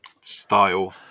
style